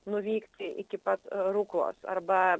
nuvykti iki pat rūklos arba